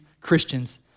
Christians